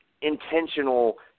intentional